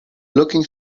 looking